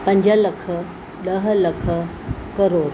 पंज लख ॾह लख करोड़